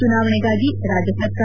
ಚುನಾವಣೆಗಾಗಿ ರಾಜ್ಯ ಸರ್ಕಾರ